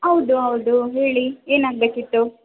ಹೌದು ಹೌದು ಹೇಳಿ ಏನಾಗಬೇಕಿತ್ತು